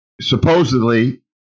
supposedly